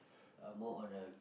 I'm more on a